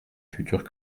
futures